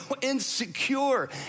insecure